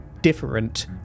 different